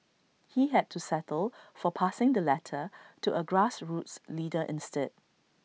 he had to settle for passing the letter to A grassroots leader instead